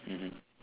mmhmm